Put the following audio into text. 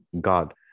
God